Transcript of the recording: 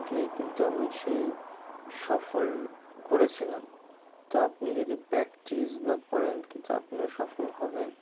দিয়ে কিন্তু আমি সেই সফল করেছিলাম তো আপনি যদি প্র্যাকটিস বা করেন কিন্তু আপনিও সফল হবেন